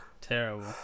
Terrible